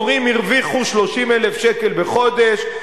המורים הרוויחו 30,000 שקל בחודש,